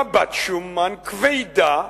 רבת שומן, כבדה,